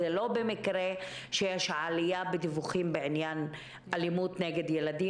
זה לא במקרה שיש עלייה בדיווחים בעניין אלימות נגד ילדים.